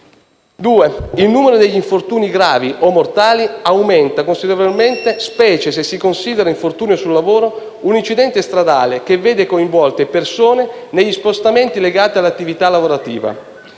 il numero degli infortuni gravi o mortali aumenta considerevolmente, specie se si considera «infortunio sul lavoro» un incidente stradale che vede coinvolte persone negli spostamenti legati all'attività lavorativa;